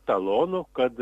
talonų kad